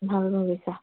ভাল ভুগিছা